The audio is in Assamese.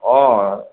অ